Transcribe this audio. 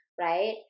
right